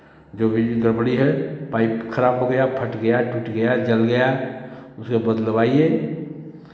जो भी गड़बड़ी है पाइप खराब हो गया फट गया टूट गया जल गया उसे बदलवाइए